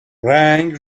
رنگ